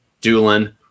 Doolin